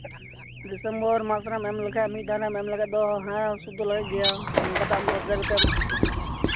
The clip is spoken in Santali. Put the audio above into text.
ᱰᱤᱥᱮᱢᱚᱨ ᱢᱟᱥ ᱨᱮᱢ ᱮᱢ ᱞᱮᱠᱷᱟᱡ ᱢᱤᱫ ᱫᱷᱟᱣᱮᱢ ᱮᱢ ᱞᱮᱠᱷᱟᱱ ᱫᱚ ᱦᱮᱸ ᱥᱩᱫ ᱫᱚ ᱞᱟᱜᱟᱜ ᱜᱮᱭᱟ ᱱᱤᱝᱠᱟᱛᱮ ᱟᱢ ᱫᱚᱥ ᱦᱟᱡᱟᱨ ᱠᱟᱛᱮᱢ